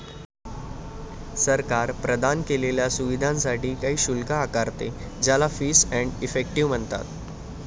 सरकार प्रदान केलेल्या सुविधांसाठी काही शुल्क आकारते, ज्याला फीस एंड इफेक्टिव म्हणतात